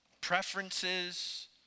preferences